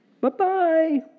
Bye-bye